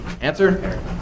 Answer